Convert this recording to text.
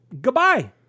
goodbye